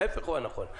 ההיפך הוא הנכון.